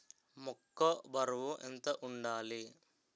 మొక్కొ బరువు ఎంత వుండాలి?